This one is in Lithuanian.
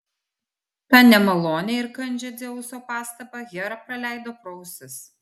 tą nemalonią ir kandžią dzeuso pastabą hera praleido pro ausis